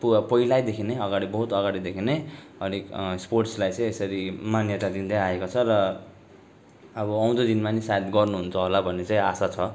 पुवा पहिलादेखि नै अगाडि बहुत अगाडिदेखि नै अलिक स्पोर्ट्सलाई चाहिँ यसरी मान्यता दिँदै आएको छ र अब आउँदो दिनमा पनि सायद गर्नु हुन्छ होला भन्ने चाहिँ आशा छ